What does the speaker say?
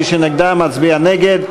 מי שנגדה מצביע נגד.